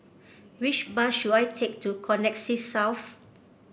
which bus should I take to Connexis South